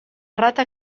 rata